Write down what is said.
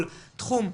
או לחילופין,